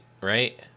right